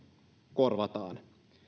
korvataan